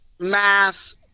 mass